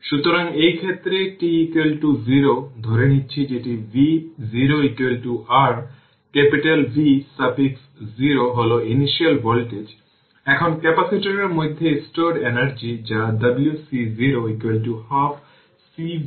সুতরাং energy absorbed এর time t যা w R t 0 থেকে tpt dt এখানে p একটি ফাংশন t 0 থেকে t এটি হল ইকুয়েশন 16 v0 2R e এর পাওয়ার 2 tτ dt